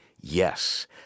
Yes